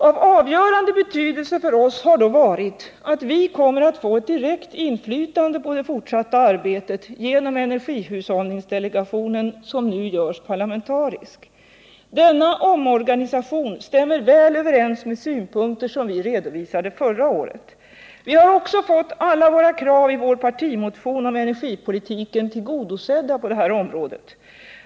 Av avgörande betydelse för oss har då varit att vi kommer att få ett direkt inflytande på det fortsatta arbetet genom energihushållningsdelegationen, som nu görs parlamentarisk. Denna omorganisation stämmer väl överens med synpunkter som vi redovisade förra året. Vi har också fått alla våra krav i vår partimotion om energipolitiken tillgodosedda på det här området.